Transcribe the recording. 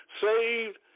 saved